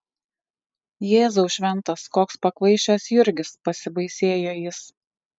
jėzau šventas koks pakvaišęs jurgis pasibaisėjo jis